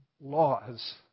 laws